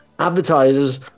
advertisers